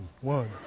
one